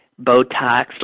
Botox